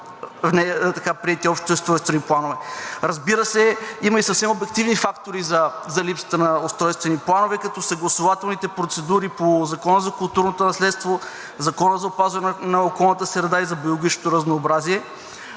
няма приети общи устройствени планове. Разбира се, има и съвсем обективни фактори за липсата на устройствени планове, като съгласувателните процедури по Закона за културното наследство, Закона за опазване на околната среда и за биологичното разнообразие,